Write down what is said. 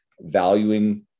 valuing